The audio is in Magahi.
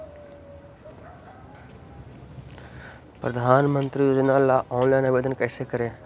प्रधानमंत्री योजना ला ऑनलाइन आवेदन कैसे करे?